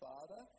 Father